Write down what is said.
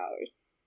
hours